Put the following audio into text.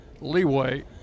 leeway